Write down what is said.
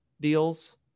deals